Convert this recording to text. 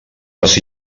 les